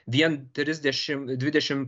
vien trisdešim dvidešim